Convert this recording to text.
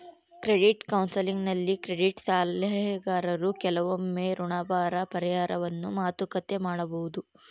credit ಕೌನ್ಸೆಲಿಂಗ್ನಲ್ಲಿ credit ಸಲಹೆಗಾರರು ಕೆಲವೊಮ್ಮೆ ಋಣಭಾರ ಪರಿಹಾರವನ್ನು ಮಾತುಕತೆ ಮಾಡಬೊದು